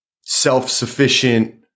self-sufficient